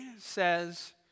says